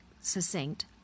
succinct